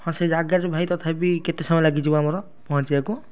ହଁ ସେଇ ଜାଗାରେ ଭାଇ ତଥାପି କେତେ ସମୟ ଲାଗିଯିବ ଆମର ପହଞ୍ଚିବାକୁ